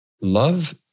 love